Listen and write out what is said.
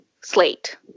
slate